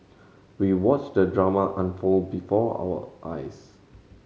we watched the drama unfold before our eyes